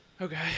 Okay